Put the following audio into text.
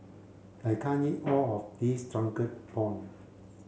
I can't eat all of this drunken prawns